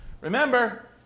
Remember